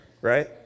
right